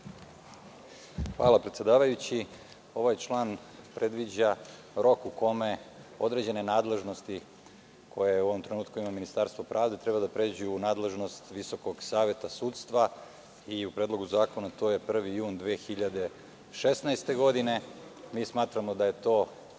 Hvala, predsedavajući. Ovaj član predviđa rok u kome određene nadležnosti koje u ovom trenutku ima Ministarstvo pravde treba da pređu u nadležnost Visokog saveta sudstva. U Predlogu zakona to je 1. jun 2016. godine. Mi smatramo da je to